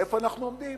איפה אנחנו עומדים